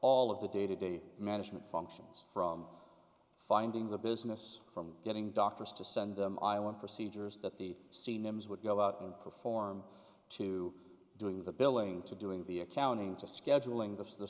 all of the day to day management functions from finding the business from getting doctors to send them i want procedures that the c names would go out and perform to doing the billing to doing the accounting to scheduling the